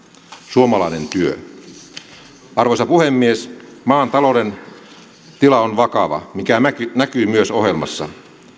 suomalainen työ arvoisa puhemies maan talouden tila on vakava mikä näkyy myös ohjelmassa